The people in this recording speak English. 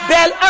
Bell